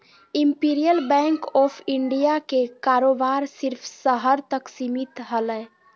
imperial Bank of India के कारोबार सिर्फ़ शहर तक सीमित हलय